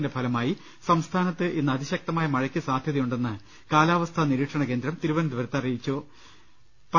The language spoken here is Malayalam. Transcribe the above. ത്തിന്റെ ഫലമായി സംസ്ഥാനത്ത് ഇന്ന് അതിശക്തമായ മഴയ്ക്ക് സാധ്യതയുണ്ടെന്ന് കാലാവസ്ഥാ നിരീക്ഷണകേന്ദ്രം തിരുവനന്തപുരത്ത് മുന്നറിയിപ്പ് നൽകി